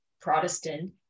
Protestant